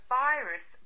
virus